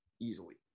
easily